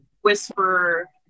Whisper